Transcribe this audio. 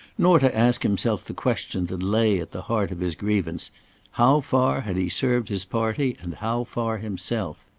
nor to ask himself the question that lay at the heart of his grievance how far had he served his party and how far himself?